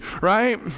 right